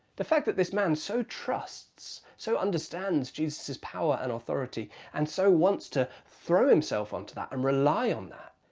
the fact that this man so trusts, so understands jesus's power and authority and so wants to throw himself on to that and um rely on that,